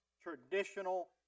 traditional